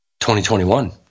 2021